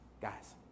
guys